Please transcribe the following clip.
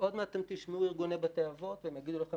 עוד מעט אתם תשמעו ארגוני בתי אבות והם יגידו לכם